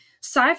sci